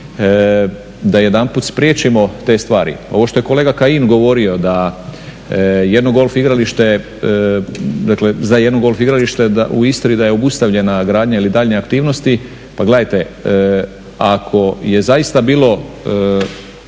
da jedanput spriječimo te stvari. Ovo što je kolega Kajin govorio da jedno golf igralište, dakle za jedno golf igralište u Istri da je obustavljena gradnja ili daljnje aktivnosti. Pa gledajte ako je zaista bilo